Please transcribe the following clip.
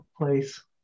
place